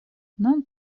нам